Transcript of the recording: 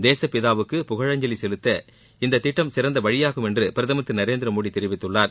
தேசபிதாவுக்கு புகழஞ்சலி செலுத்த இந்த திட்டம் சிறந்த வழியாகும் என்று பிரதமர் திரு நரேந்திரமோடி தெரிவித்துள்ளார்